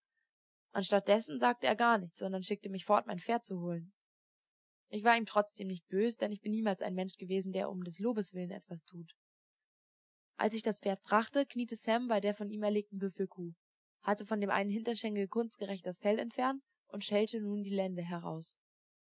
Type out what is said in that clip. anstatt dessen sagte er gar nichts sondern schickte mich fort mein pferd zu holen ich war ihm trotzdem nicht bös denn ich bin niemals ein mensch gewesen der um des lobes willen etwas tut als ich das pferd brachte kniete sam bei der von ihm erlegten büffelkuh hatte von dem einen hinterschenkel kunstgerecht das fell entfernt und schälte nun die lende heraus